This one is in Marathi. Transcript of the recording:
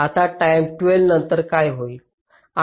आता टाईम 12 नंतर काय होईल